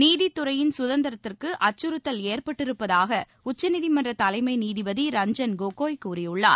நீதித்துறையின் சுதந்திரத்திற்கு அச்சுறுத்தல் ஏற்பட்டிருப்பதாக உச்சநீதிமன்ற தலைமை நீதிபதி ரஞ்சன் கோகோய் கூறியுள்ளார்